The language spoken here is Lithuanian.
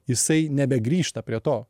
jisai nebegrįžta prie to